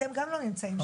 אתם גם לא נמצאים שם בעצם.